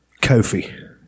Kofi